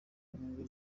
ngo